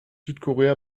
südkorea